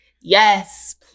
Yes